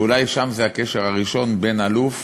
ואולי שם הקשר הראשון בין אלוף